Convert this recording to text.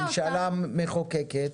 ממשלה מחוקקת,